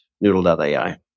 noodle.ai